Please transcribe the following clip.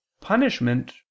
punishment